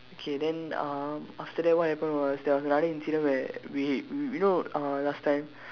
okay then uh after that what happened was there was another incident where we we you know uh last time